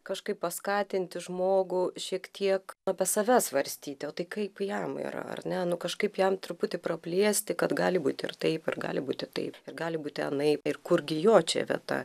kažkaip paskatinti žmogų šiek tiek apie save svarstyti o tai kaip jam yra ar ne nu kažkaip jam truputį praplėsti kad gali būti ir taip gali būti taip ir gali būti anaip ir kurgi jo čia vieta